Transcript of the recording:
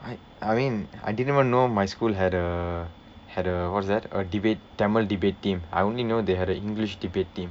I I mean I didn't even know my school had a had a what's that a debate tamil debate team I only know they had the english debate team